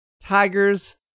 Tigers